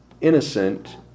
innocent